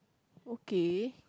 okay